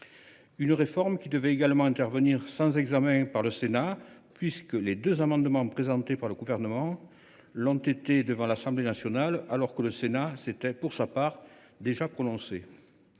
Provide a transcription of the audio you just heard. Elle devait aussi être adoptée sans examen par le Sénat, puisque les deux amendements présentés par le Gouvernement l’ont été devant l’Assemblée nationale, alors que le Sénat s’était, pour sa part, déjà prononcé.